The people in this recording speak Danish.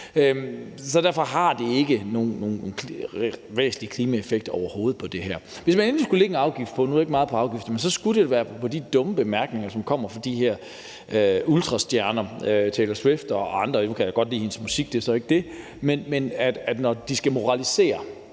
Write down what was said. Derfor har det her ikke nogen væsentlig klimaeffekt overhovedet. Hvis man endelig skulle lægge en afgift på noget, og nu er jeg ikke meget for afgifter, skulle det være på de dumme bemærkninger, som kommer fra de her ultrastjerner som Taylor Swift og andre – nu kan jeg godt lide hendes musik; det er ikke det. Men når de flyver